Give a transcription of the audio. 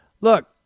Look